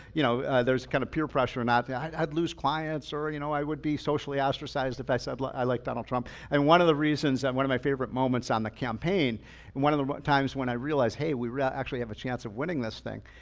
you know there's kind of peer pressure in ah that. i'd lose clients or you know i would be socially ostracized if i said like i like donald trump. and one of the reasons and one of my favorite moments on the campaign and one of the times when i realize, hey, we really actually have a chance of winning this thing,